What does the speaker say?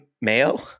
Mayo